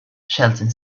sheldon